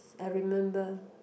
I remember